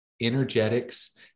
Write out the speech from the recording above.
energetics